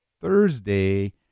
Thursday